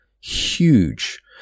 huge